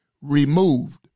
removed